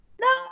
No